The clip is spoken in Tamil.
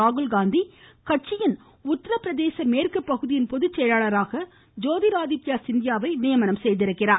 ராகுல் காந்தி கட்சியின் உத்தரபிரதேச மேற்கு பகுதியின் பொதுச்செயலாளராக ஜோதிர் ஆதித்யா சிந்தியாவை நியமித்துள்ளார்